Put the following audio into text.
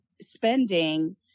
spending